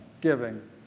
giving